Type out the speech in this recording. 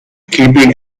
keeping